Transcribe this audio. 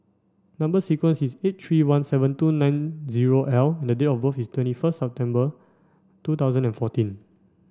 number sequence is S eight three one seven two nine zero L and date of birth is twenty first September two thousand and fourteen